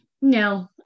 no